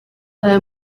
aya